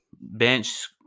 bench